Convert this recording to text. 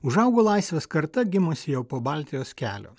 užaugo laisvės karta gimusi jau po baltijos kelio